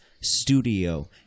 studio